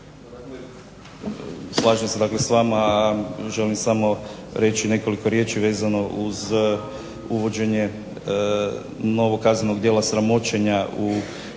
Slažem se s vama. Želim samo reći nekoliko riječi vezano uz uvođenje novog kaznenog djela sramoćenja u